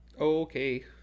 Okay